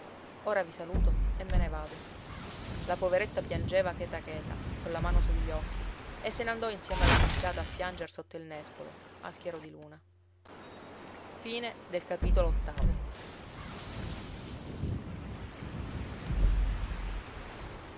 ora vi saluto e me ne vado la poveretta piangeva cheta cheta colla mano sugli occhi e se ne andò insieme alla nunziata a pianger sotto il nespolo al chiaro di luna